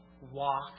walk